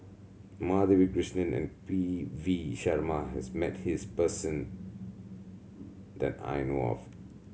Madhavi Krishnan and P V Sharma has met this person that I know of